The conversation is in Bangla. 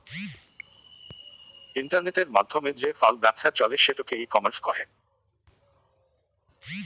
ইন্টারনেটের মাধ্যমে যে ফাল ব্যপছা চলে সেটোকে ই কমার্স কহে